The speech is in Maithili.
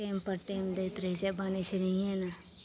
टाइमपर टाइम दैत रहै छै आओर बनै छै नहिए ने